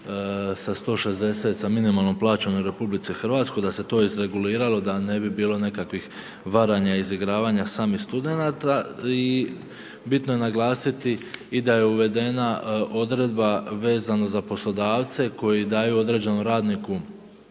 sa 160 sa minimalnom plaćom u Republici Hrvatskoj da se to izreguliralo da ne bi bilo nekakvih varanja izigravanja samih studenata i bitno je naglasiti i da je uvedena odredba vezana za poslodavce koji daju određenom radniku